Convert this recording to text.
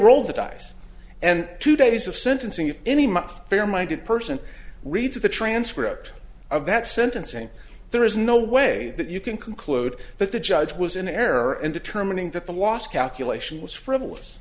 roll the dice and two days of sentencing if any month fair minded person reads the transcript of that sentencing there is no way that you can conclude that the judge was in error in determining that the last calculation was frivolous